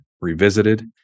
Revisited